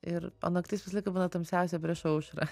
ir o naktis visą laiką būna tamsiausia prieš aušrą